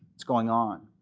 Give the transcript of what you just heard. that's going on.